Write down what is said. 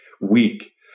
weak